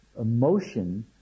emotion